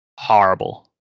horrible